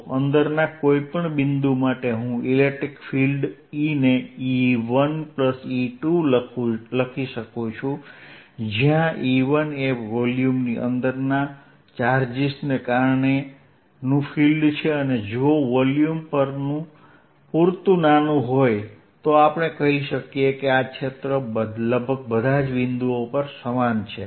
તો અંદરના કોઈ પણ બિંદુ માટે હું ઇલેક્ટ્રિક ફિલ્ડ E ને E1E2 લખી શકું છું જયાં E1 એ વોલ્યુમની અંદરના ચાર્જીસને કારણેનું ફિલ્ડ છે અને જો વોલ્યુમ પૂરતું નાનું હોય તો આપણે કહી શકીએ કે ક્ષેત્ર લગભગ બધા જ બિંદુઓ પર સમાન છે